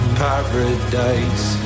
paradise